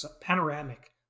panoramic